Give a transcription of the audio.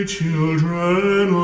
children